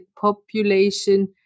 population